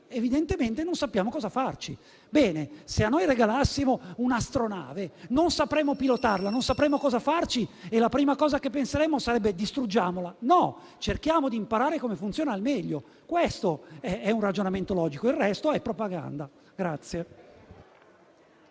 evidentemente non sappiamo cosa farci. Se ci regalassero un'astronave, non sapremmo pilotarla, non sapremmo cosa farci e la prima cosa che penseremmo sarebbe di distruggerla. No, cerchiamo di imparare al meglio come funziona: questo è un ragionamento logico, il resto è propaganda